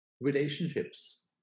relationships